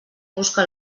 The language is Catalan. busca